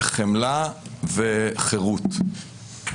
חמלה וחירות.